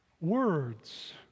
Words